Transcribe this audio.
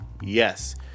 Yes